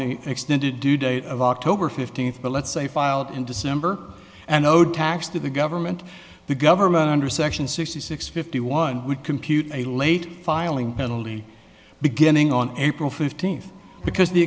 the extended due date of october fifteenth but let's say filed in december and owed tax to the government the government under section sixty six fifty one would compute a late filing penalty beginning on april fifteenth because the